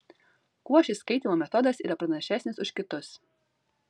kuo šis skaitymo metodas yra pranašesnis už kitus